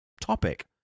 topic